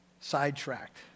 sidetracked